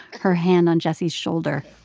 her hand on jessie's shoulder.